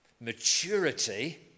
Maturity